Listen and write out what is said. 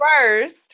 first